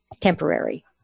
temporary